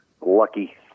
lucky